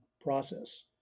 process